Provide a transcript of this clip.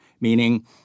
meaning